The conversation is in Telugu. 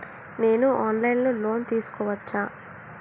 నేను ఆన్ లైన్ లో లోన్ తీసుకోవచ్చా?